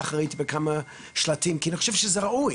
כך ראיתי בכמה שלטים כי אני חושב שזה ראוי.